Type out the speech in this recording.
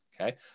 okay